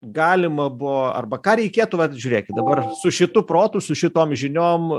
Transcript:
galima buvo arba ką reikėtų vat žiūrėkit dabar su šitu protu su šitom žiniom